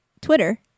Twitter